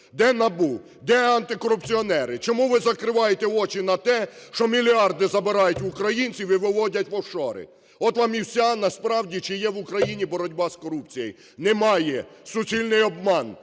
Де НАБУ? Де антикорупціонери? Чому ви закриваєте очі на те, що мільярди забирають в українців і виводять в офшори? От вам і вся насправді… чи є в Україні боротьба з корупцією. Немає, суцільний обман,